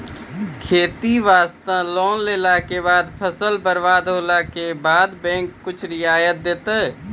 खेती वास्ते लोन लेला के बाद फसल बर्बाद होला के बाद बैंक कुछ रियायत देतै?